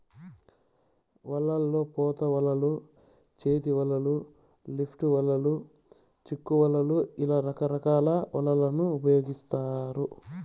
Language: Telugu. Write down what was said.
వలల్లో పోత వలలు, చేతి వలలు, లిఫ్ట్ వలలు, చిక్కు వలలు ఇలా రకరకాల వలలను ఉపయోగిత్తారు